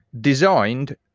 designed